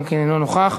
גם כן אינו נוכח.